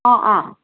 अँ अँ